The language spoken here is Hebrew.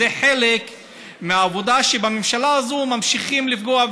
זה חלק מהעבודה, שבממשלה הזאת ממשיכים לפגוע.